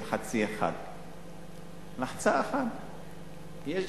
תלחצי 1. לחצה 1. יש GPS,